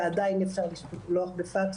ועדיין אפשר לשלוח בפקס,